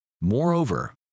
Moreover